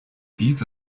eve